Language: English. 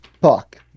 fuck